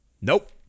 Nope